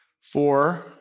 Four